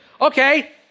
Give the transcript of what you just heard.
Okay